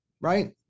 right